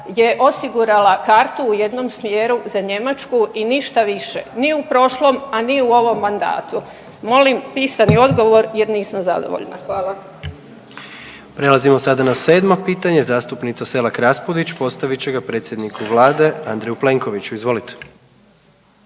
je osigurala kartu u jednom smjeru za Njemačku i ništa više ni u prošlom, a ni u ovom mandatu. Molim pisani odgovor jer nisam zadovoljna. Hvala. **Jandroković, Gordan (HDZ)** Prelazimo sada na 7 pitanje, zastupnica Selak Raspudić postavit će ga predsjedniku vlade Andreju Plenkoviću. Izvolite.